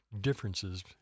differences